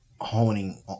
honing